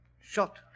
Shot